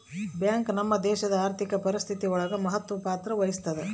bank ನಮ್ ದೇಶಡ್ ಆರ್ಥಿಕ ಪರಿಸ್ಥಿತಿ ಒಳಗ ಮಹತ್ವ ಪತ್ರ ವಹಿಸುತ್ತಾ